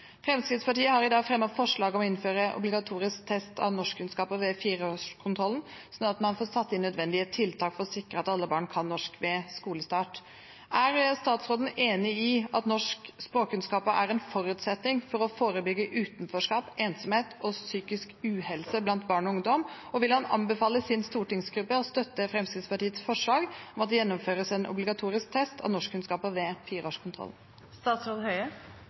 Fremskrittspartiet har i dag fremmet forslag om å innføre obligatorisk test av norskkunnskaper ved fireårskontrollen, sånn at man får satt inn nødvendige tiltak for å sikre at alle barn kan norsk ved skolestart. Er statsråden enig i at norskkunnskaper er en forutsetning for å forebygge utenforskap, ensomhet og psykisk uhelse blant barn og ungdom? Og vil han anbefale sin stortingsgruppe å støtte Fremskrittspartiets forslag om at det gjennomføres en obligatorisk test av norskkunnskaper ved